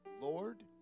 Lord